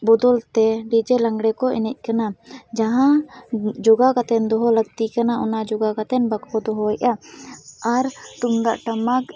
ᱵᱚᱫᱚᱞᱛᱮ ᱰᱤᱡᱮ ᱞᱟᱸᱜᱽᱲᱮ ᱠᱚ ᱮᱱᱮᱡ ᱠᱟᱱᱟ ᱡᱟᱦᱟᱸ ᱡᱚᱜᱟᱣ ᱠᱟᱛᱮᱱ ᱫᱚᱦᱚ ᱞᱟᱹᱠᱛᱤ ᱠᱟᱱᱟ ᱚᱱᱟ ᱡᱚᱜᱟᱣ ᱠᱟᱛᱮᱱ ᱵᱟᱠᱚ ᱫᱚᱦᱚᱭᱮᱫᱼᱟ ᱟᱨ ᱛᱩᱢᱫᱟᱜ ᱴᱟᱢᱟᱠ